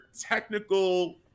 technical